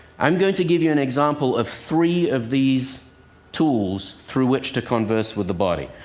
i'm going to give you an example of three of these tools through which to converse with the body.